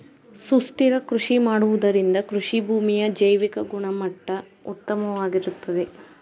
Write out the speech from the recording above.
ಸುಸ್ಥಿರ ಕೃಷಿ ಮಾಡುವುದರಿಂದ ಕೃಷಿಭೂಮಿಯ ಜೈವಿಕ ಗುಣಮಟ್ಟ ಉತ್ತಮವಾಗಿರುತ್ತದೆ